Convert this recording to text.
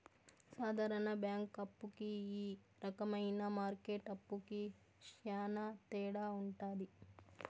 సాధారణ బ్యాంక్ అప్పు కి ఈ రకమైన మార్కెట్ అప్పుకి శ్యాన తేడా ఉంటది